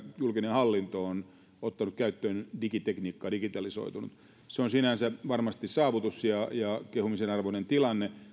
hallinto on ottanut käyttöön digitekniikkaa digitalisoitunut se on sinänsä varmasti saavutus ja ja kehumisen arvoinen tilanne mutta